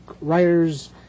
Writers